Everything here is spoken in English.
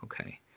okay